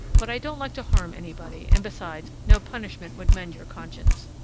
but i don't like to harm anybody, and besides, no punishment would mend your conscience.